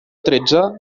tretze